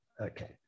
Okay